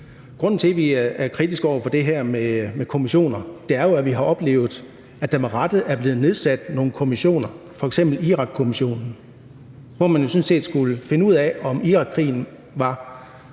Grunden til, at vi er kritiske over for det her med kommissioner, er jo, at vi har oplevet, at der med rette er blevet nedsat nogle kommissioner, f.eks. Irakkommissionen, hvor man jo sådan set skulle finde ud af, om Irakkrigen var